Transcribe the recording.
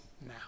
now